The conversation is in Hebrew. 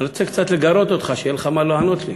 אני רוצה קצת לגרות אותך, שיהיה לך מה לענות לי.